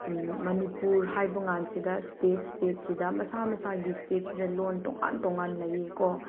ꯃꯅꯤꯄꯨꯔ ꯍꯥꯏꯕ ꯀꯥꯟꯁꯤꯁ ꯏꯁꯇꯦꯠ ꯏꯁꯇꯦꯠꯁꯤꯗ ꯃꯁꯥ ꯃꯁꯥꯒꯤ ꯏꯁꯇꯦꯠꯁꯤꯗ ꯂꯣꯟ ꯇꯣꯡꯉꯥꯟ ꯇꯣꯡꯉꯥꯟ ꯂꯩꯀꯣ